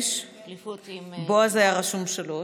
החליפו אותי עם, לבועז היו רשומות שלוש,